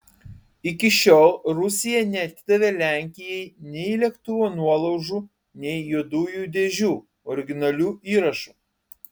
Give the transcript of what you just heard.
iki šiol rusija neatidavė lenkijai nei lėktuvo nuolaužų nei juodųjų dėžių originalių įrašų